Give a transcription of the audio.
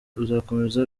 uzakomeza